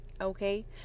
okay